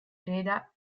creda